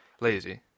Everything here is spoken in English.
Lazy